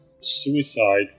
suicide